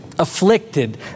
afflicted